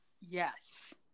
Yes